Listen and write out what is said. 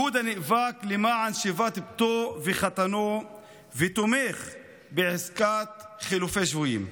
יהודה נאבק למען שיבת בתו וחתנו ותומך בעסקת חילופי שבויים.